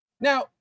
Now